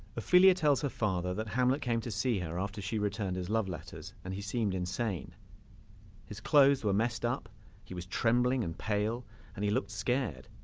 ophelia tells her father that hamlet came to see her after she returned his love letters and he seems insane his clothes were messed up he was trembling and pale and he looked scared.